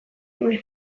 nuen